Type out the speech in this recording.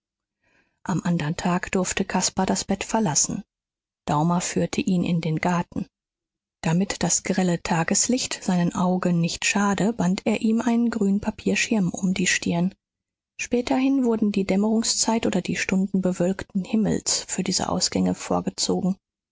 am andern tag durfte caspar das bett verlassen daumer führte ihn in den garten damit das grelle tageslicht seinen augen nicht schade band er ihm einen grünen papierschirm um die stirn späterhin wurden die dämmerungszeit oder die stunden bewölkten himmels für diese ausgänge vorgezogen